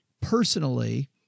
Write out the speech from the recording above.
personally